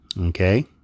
Okay